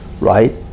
right